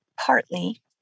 partly